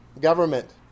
government